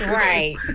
right